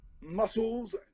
muscles